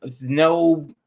No